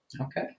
Okay